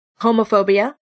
Homophobia